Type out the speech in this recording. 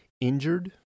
injured